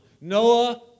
Noah